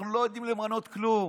אנחנו לא יודעים למנות כלום.